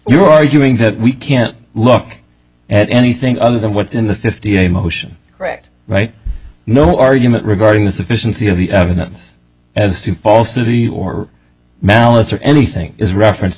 you're arguing that we can't look at anything other than what's in the fifty eight motion correct right no argument regarding the sufficiency of the evidence as to falsity or malice or anything is reference